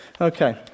Okay